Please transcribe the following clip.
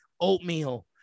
oatmeal